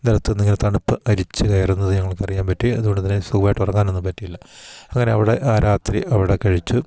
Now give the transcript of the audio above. നിലത്തുനിന്ന് ഇങ്ങനെ തണുപ്പ് അരിച്ച് കയറുന്നത് ഞങ്ങള്ക്കറിയാൻ പറ്റി അതുകൊണ്ട് തന്നെ സുഖമായിട്ട് ഉറങ്ങാനൊന്നും പറ്റിയില്ല അങ്ങനെ അവിടെ ആ രാത്രി അവിടെ കഴിച്ചു